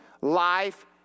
Life